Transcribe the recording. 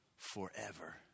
Forever